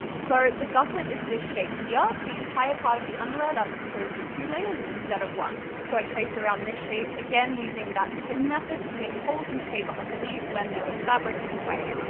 so, the gusset is this shape here, the entire part of the underwear that's composed of two layers instead of one. so, i traced around this shape, again using that pin method to make holes in the paper underneath when there was fabric in the way.